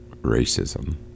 racism